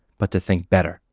but to think better.